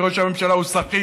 כי ראש הממשלה הוא סחיט,